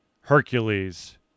Hercules